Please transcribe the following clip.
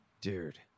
Dude